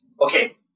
Okay